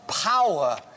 power